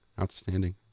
Outstanding